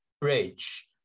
bridge